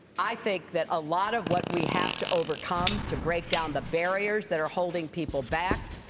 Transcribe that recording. i think that a lot of what we have to overcome to break down the barriers that are holding people back,